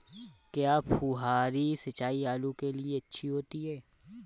क्या फुहारी सिंचाई आलू के लिए अच्छी होती है?